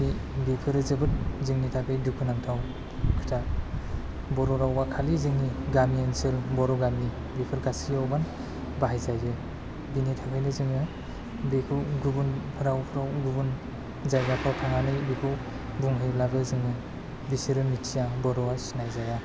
बि बिफोरो जोबोर जोंनि थाखाय दुखु नांथाव खोथा बर' रावा खालि जोंनि गामि ओनसोल बर' गामि बिफोर गासैयावबो बाहाय जायो बिनि थाखायनो जोङो बेखौ गुबुन रावफ्राव गुबुन जाइगाफ्राव थांनानै बेखौ बुंहैब्लाबो जोङो बिसोरो मिथिया बर'आ सिनाइ जाया